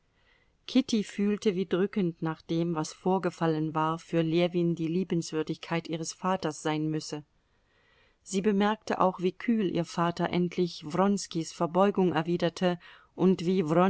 kitty fühlte wie drückend nach dem was vorgefallen war für ljewin die liebenswürdigkeit ihres vaters sein müsse sie bemerkte auch wie kühl ihr vater endlich wronskis verbeugung erwiderte und wie